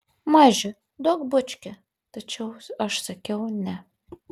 maži duok bučkį tačiau aš sakiau ne